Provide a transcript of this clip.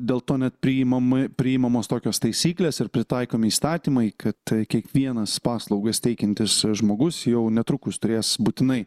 dėl to net priimami priimamos tokios taisyklės ir pritaikomi įstatymai kad kiekvienas paslaugas teikiantis žmogus jau netrukus turės būtinai